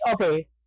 okay